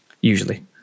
Usually